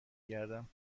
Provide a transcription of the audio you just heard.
گردم